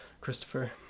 Christopher